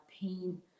pain